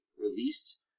released